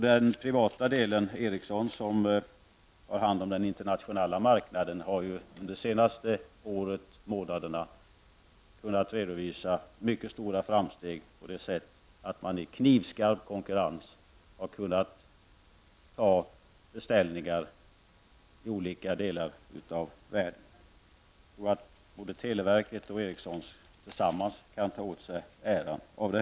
Den privata delen av Ericsson som har hand om den internationella marknaden under de senaste månaderna har kunnat redovisa mycket stora framsteg så till vida att man i knivskarp konkurrens har kunnat få beställningar från olika delar av världen. Televerket och Ericsson kan tillsammans ta åt sig äran av det.